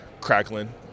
crackling